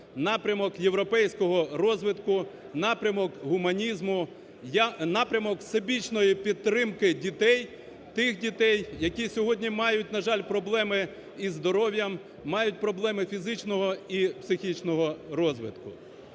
напрямок європейського розвитку, напрямок гуманізму, напрямок всебічної підтримки дітей, тих дітей, які сьогодні мають, на жаль, проблеми із здоров'ям, мають проблеми фізичного і психічного розвитку.